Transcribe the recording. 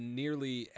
nearly